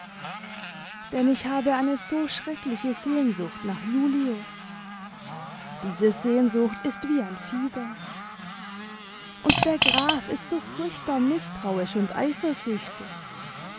denn ich habe eine so schreckliche sehnsucht nach julius diese sehnsucht ist wie ein fieber und der graf ist so furchtbar mißtrauisch und